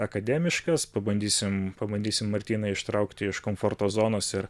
akademiškas pabandysim pabandysim martyną ištraukti iš komforto zonos ir